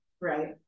right